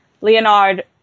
Leonard